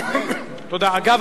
אגב,